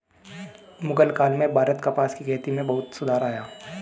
मुग़ल काल में भारत में कपास की खेती में बहुत सुधार आया